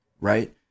right